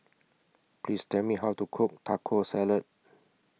Please Tell Me How to Cook Taco Salad